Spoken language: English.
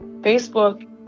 Facebook